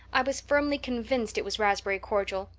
i was firmly convinced it was raspberry cordial.